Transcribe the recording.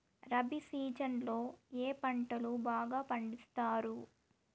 rabi season లో ఏ పంటలు బాగా పండిస్తారు